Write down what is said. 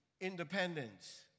Independence